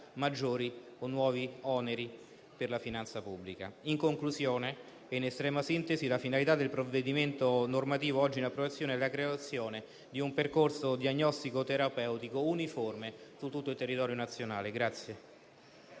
maggiori o nuovi oneri per la finanza pubblica. In conclusione e in estrema sintesi, la finalità del provvedimento normativo oggi in approvazione è volto alla creazione di un percorso diagnostico-terapeutico uniforme su tutto il territorio nazionale.